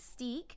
mystique